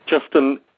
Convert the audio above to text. Justin